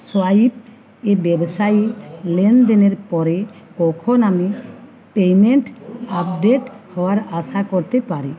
swipe এ ব্যবসায়ী লেনদেনের পরে কখন আমি পেমেন্ট আপডেট হওয়ার আশা করতে পারি